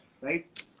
right